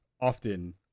often